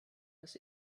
das